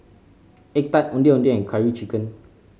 egg tart Ondeh Ondeh and Curry Chicken